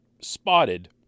spotted